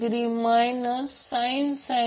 8 मिळेल आणि अँगल 43